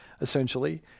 essentially